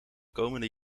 komende